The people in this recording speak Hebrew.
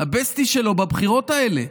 הבסטי שלו בבחירות האלה.